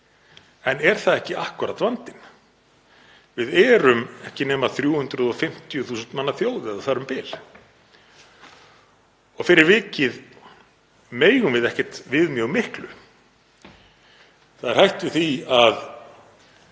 En er það ekki akkúrat vandinn? Við erum ekki nema 350.000 manna þjóð eða þar um bil og fyrir vikið megum við ekkert við mjög miklu. Það er hætt við því að